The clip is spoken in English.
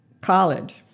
college